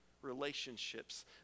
relationships